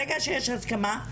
ברגע שיש הסכמה.